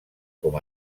com